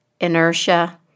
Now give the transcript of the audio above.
inertia